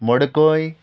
मडकय